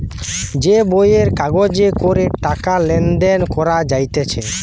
যে বইয়ের কাগজে করে টাকা লেনদেন করা যাইতেছে